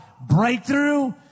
breakthrough